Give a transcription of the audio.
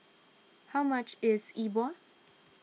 how much is E Bua